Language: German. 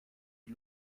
die